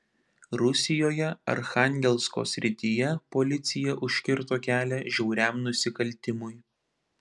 rusijoje archangelsko srityje policija užkirto kelią žiauriam nusikaltimui